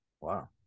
Wow